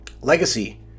Legacy